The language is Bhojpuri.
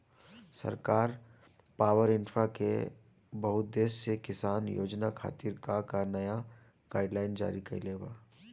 सरकार पॉवरइन्फ्रा के बहुउद्देश्यीय किसान योजना खातिर का का नया गाइडलाइन जारी कइले बा?